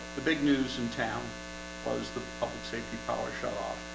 big news in town was the public safety power shut off